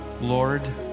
Lord